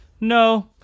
no